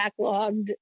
backlogged